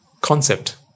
concept